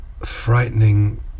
frightening